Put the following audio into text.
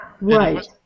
Right